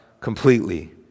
completely